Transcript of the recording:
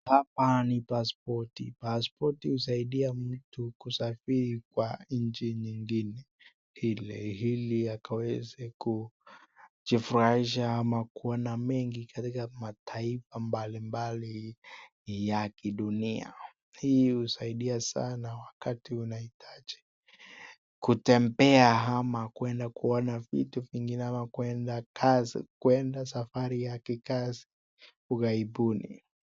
Hapa ni passpoti passpoti usaidia mtu kusafiri kwa nchi nyingine hili akaweze kujifurahisha ama kuwa na mengine katika taifa mbalimbali ya kidunia, hii inasaidia sana wakati inaitaji kutembea ama kuenda kuona vi zingine ama kuenda kazi , kuenda safari ya kikazi ukaibini.